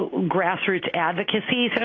grassroots advocacy,